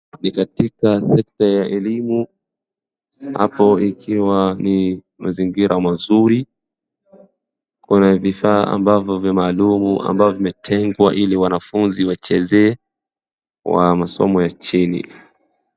Ni katika sekta ya elimu, hapo ikiwa ni mazingira mazuri. Kuna vifaa ambavyo vya maalum ambavyo vimetengwa ili wanafunzi wachezee wa masomo ya chini.